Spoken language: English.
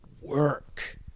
work